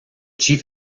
chief